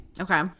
Okay